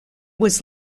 was